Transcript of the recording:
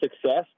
success